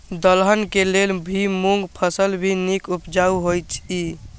दलहन के लेल भी मूँग फसल भी नीक उपजाऊ होय ईय?